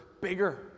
bigger